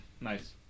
Nice